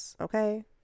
okay